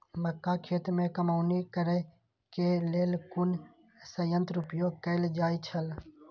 मक्का खेत में कमौनी करेय केय लेल कुन संयंत्र उपयोग कैल जाए छल?